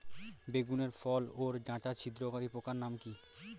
বেগুনের ফল ওর ডাটা ছিদ্রকারী পোকার নাম কি?